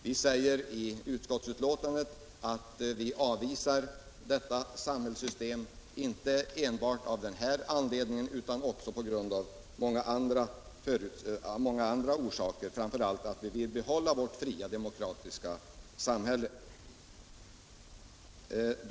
Vi säger i utskottsbetänkandet att vi avvisar detta samhällssystem inte enbart av den här anledningen utan också av många andra orsaker, framför allt därför att vi vill behålla vårt fria demokratiska samhälle.